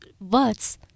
words